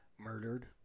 Murdered